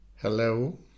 Hello